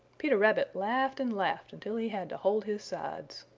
peter rabbit laughed and laughed until he had to hold his sides.